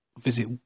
visit